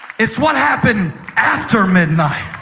it's what happened after midnight